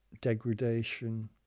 degradation